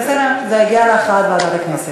בסדר, זה יגיע להכרעת ועדת הכנסת.